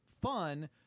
fun